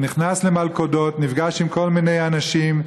הוא נכנס למלכודות, נפגש עם כל מיני אנשים,